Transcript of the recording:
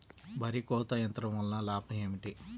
వరి కోత యంత్రం వలన లాభం ఏమిటి?